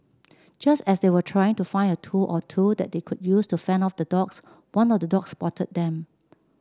just as they were trying to find a tool or two that they could use to fend off the dogs one of the dogs spotted them